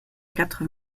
quatre